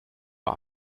uhr